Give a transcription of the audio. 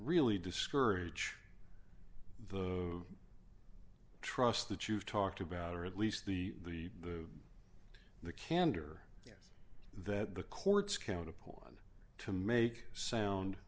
really discourage the trust that you've talked about or at least the the the candor that the courts count upon to make sound